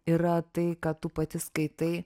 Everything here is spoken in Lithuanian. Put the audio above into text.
yra tai ką tu pati skaitai